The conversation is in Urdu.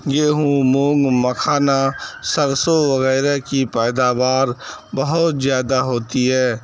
گیہوں مونگ مکھانا سرسو وغیرہ کی پیداوار بہت زیادہ ہوتی ہے